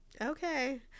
okay